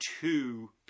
two